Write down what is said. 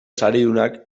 saridunak